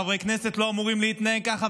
חברי כנסת לא אמורים להתנהג ככה.